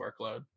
workload